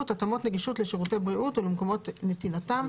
(התאמות נגישות לשירותי בריאות ולמקומות נתינתם),